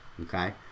okay